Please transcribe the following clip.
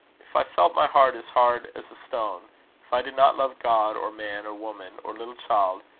if i felt my heart as hard as a stone if i did not love god, or man, or woman, or little child,